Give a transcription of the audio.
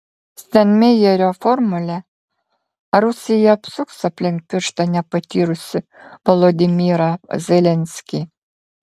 steinmeierio formulė ar rusija apsuks aplink pirštą nepatyrusį volodymyrą zelenskį